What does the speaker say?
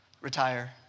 retire